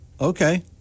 Okay